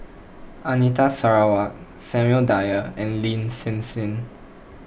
Anita Sarawak Samuel Dyer and Lin Hsin Hsin